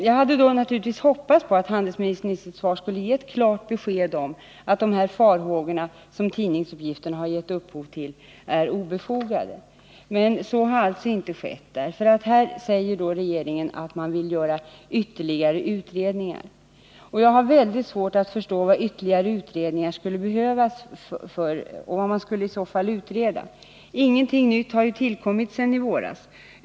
Jag hade naturligtvis hoppats att handelsministern i sitt svar skulle ge ett klart besked om att de farhågor som tidningsuppgifterna gett upphov till är obefogade. Men så har alltså inte skett. Regeringen säger här att man vill göra ytterligare utredningar. Jag har svårt att förstå varför ytterligare utredningar skulle behövas och vad man i så fall skulle utreda. Ingenting nytt har ju tillkommit sedan i våras.